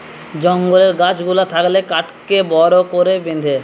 জঙ্গলের গাছ গুলা থাকলে কাঠকে বড় করে বেঁধে